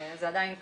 זה עדיין קיים.